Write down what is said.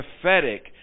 prophetic